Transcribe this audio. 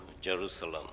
Jerusalem